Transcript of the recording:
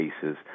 cases